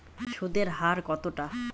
সুদের হার কতটা?